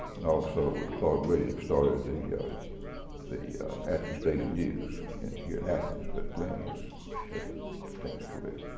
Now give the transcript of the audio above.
and also with claude williams started the the athens daily news and here in athens. but glen has had a distinguished career.